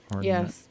Yes